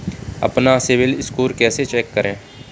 अपना सिबिल स्कोर कैसे चेक करें?